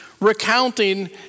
recounting